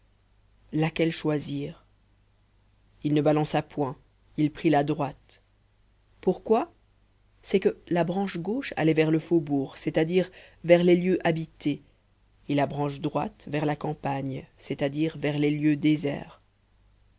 laquelle choisir il ne balança point il prit la droite pourquoi c'est que la branche gauche allait vers le faubourg c'est-à-dire vers les lieux habités et la branche droite vers la campagne c'est-à-dire vers les lieux déserts